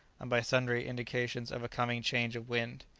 and by sundry indications of a coming change of wind.